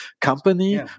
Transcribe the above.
company